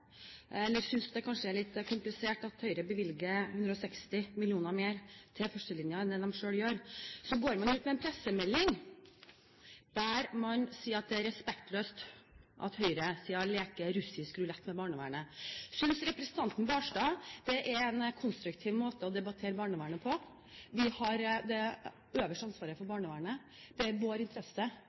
eller synes kanskje det er litt komplisert, at Høyre bevilger 160 mill. kr mer til førstelinjen enn det de gjør selv, går man ut med en pressemelding der man sier at det er respektløst at høyresiden leker russisk rulett med barnevernet. Synes representanten Barstad det er en konstruktiv måte å debattere barnevernet på? Vi har det øverste ansvaret for barnevernet, det er i vår interesse